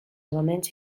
elements